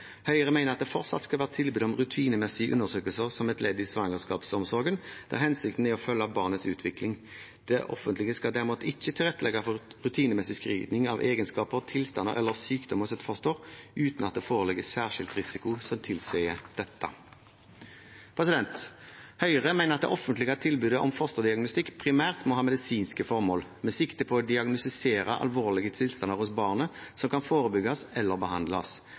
Høyre mener at det fortsatt skal være tilbud om rutinemessige undersøkelser som et ledd i svangerskapsomsorgen, der hensikten er å følge barnets utvikling. Det offentlige skal derimot ikke tilrettelegge for rutinemessig screening av egenskaper, tilstander eller sykdom hos et foster uten at det foreligger en særskilt risiko som tilsier dette. Høyre mener at det offentlige tilbudet om fosterdiagnostikk primært må ha medisinske formål med sikte på å diagnostisere alvorlige tilstander hos barnet som kan forebygges eller behandles,